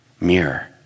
mirror